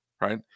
Right